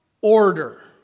order